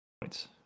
points